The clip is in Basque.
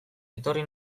etorri